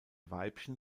weibchen